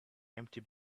empty